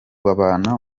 babana